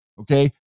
okay